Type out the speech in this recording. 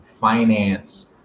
finance